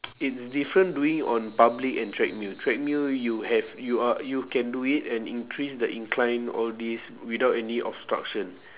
it's different doing it on public and treadmill treadmill you have you are you can do it and increase the incline all these without any obstruction